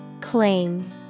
Claim